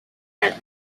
and